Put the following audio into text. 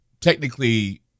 technically